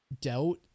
doubt